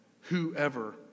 whoever